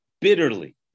bitterly